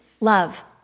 love